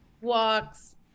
walks